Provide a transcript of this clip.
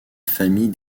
famille